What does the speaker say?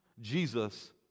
Jesus